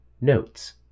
Notes